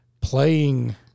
playing